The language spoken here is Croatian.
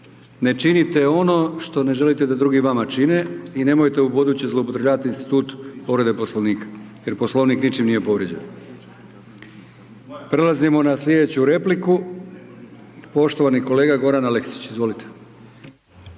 ne činite ono što ne želite da drugi vama čine i nemojte ubuduće zloupotrjebljavati institut povrede Poslovnika jer Poslovnik ničim nije povrijeđen. Prelazimo na sljedeću repliku, poštovani kolega Goran Aleksić. Izvolite.